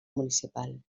municipal